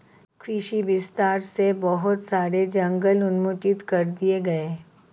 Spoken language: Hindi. कृषि विस्तार से बहुत सारे जंगल उन्मूलित कर दिए गए